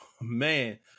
man